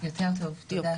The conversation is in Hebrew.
יותר טוב, תודה.